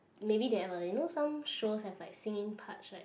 maybe they have a you know some shows have like singing parts right